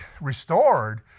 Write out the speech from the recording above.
restored